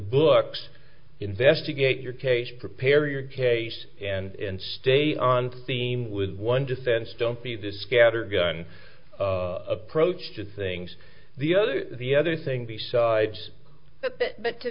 books investigate your case prepare your case and stay on theme with one defense don't be the scatter gun approach to things the other the other thing besides but to